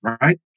right